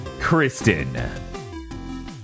Kristen